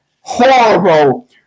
horrible